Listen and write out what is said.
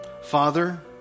Father